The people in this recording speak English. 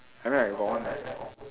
I mean I got one ah